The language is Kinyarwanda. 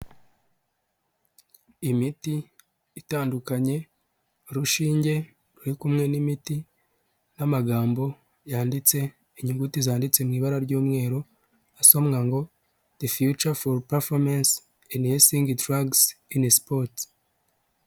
Imiti itandukanye urushinge ruri kumwe n'imiti n'amagambo yanditse inyuguti zanditse mu ibara ry'umweru, asomwa ngo the future for performance enhencing drugs in sports.